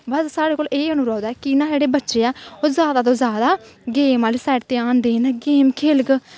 बस साढ़े कोल एह् अनुरोध ऐ कि न जेह्ड़े बच्चे ऐ ओह् जादा तो जादा गेम आह्ली साईड़ ध्यान देग गेम खेलग